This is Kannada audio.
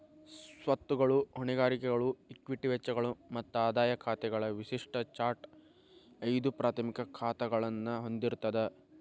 ಸ್ವತ್ತುಗಳು, ಹೊಣೆಗಾರಿಕೆಗಳು, ಇಕ್ವಿಟಿ ವೆಚ್ಚಗಳು ಮತ್ತ ಆದಾಯ ಖಾತೆಗಳ ವಿಶಿಷ್ಟ ಚಾರ್ಟ್ ಐದು ಪ್ರಾಥಮಿಕ ಖಾತಾಗಳನ್ನ ಹೊಂದಿರ್ತದ